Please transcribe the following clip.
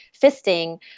fisting